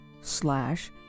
slash